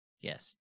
Yes